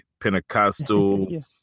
Pentecostal